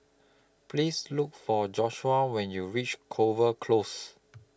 Please Look For Joshua when YOU REACH Clover Close